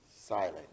silent